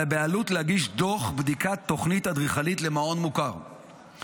על הבעלות להגיש דוח בדיקת תוכנית אדריכלית למעון מוכר,